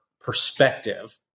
perspective